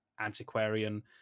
antiquarian